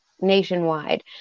nationwide